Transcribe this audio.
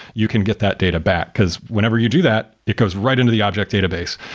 you can get that data back, because whenever you do that, it goes right into the object database.